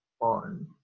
on